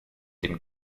dem